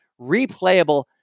replayable